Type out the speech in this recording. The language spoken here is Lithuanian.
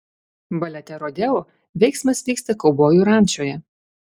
balete rodeo veiksmas vyksta kaubojų rančoje